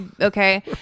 Okay